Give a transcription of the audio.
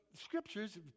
scriptures